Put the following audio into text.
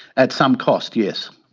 at some cost, yes.